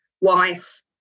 wife